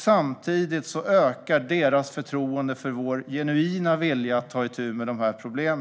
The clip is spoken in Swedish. Samtidigt ökar deras förtroende för vår genuina vilja att ta itu med dessa problem.